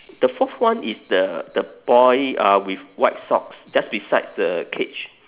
the fourth one is the the boy uh with white socks just beside the cage